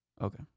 Okay